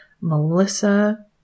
Melissa